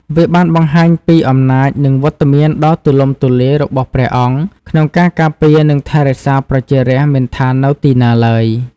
វាបានបង្ហាញពី អំណាចនិងវត្តមានដ៏ទូលំទូលាយ របស់ព្រះអង្គក្នុងការការពារនិងថែរក្សាប្រជារាស្ត្រ មិនថានៅទីណាឡើយ។